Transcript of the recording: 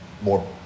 More